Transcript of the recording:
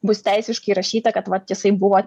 bus teisiškai įrašyta kad vat jisai buvo